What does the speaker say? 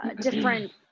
different